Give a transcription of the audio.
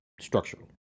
structural